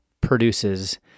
produces